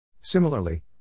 Similarly